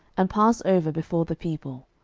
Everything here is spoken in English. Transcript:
and pass over before the people.